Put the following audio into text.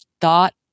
thought